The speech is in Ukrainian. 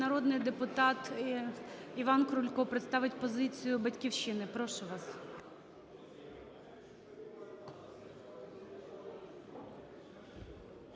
народний депутат Іван Крулько представить позицію "Батьківщини". Прошу вас.